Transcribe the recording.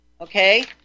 Okay